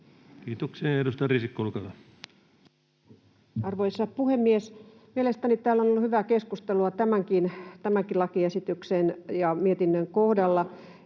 Kiitoksia. — Ja edustaja Risikko, olkaa hyvä. Arvoisa puhemies! Mielestäni täällä on ollut hyvää keskustelua tämänkin lakiesityksen ja mietinnön kohdalla,